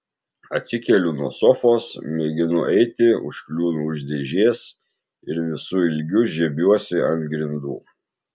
atsikeliu nuo sofos mėginu eiti užkliūnu už dėžės ir visu ilgiu žiebiuosi ant grindų